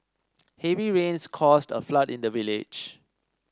heavy rains caused a flood in the village